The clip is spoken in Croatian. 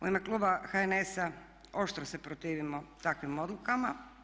U ime kluba HNS-a oštro se protivimo takvim odlukama.